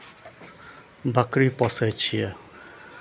बकरी पोसै छियै